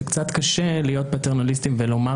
זה קצת קשה להיות פטרנליסטיים ולומר